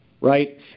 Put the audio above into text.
right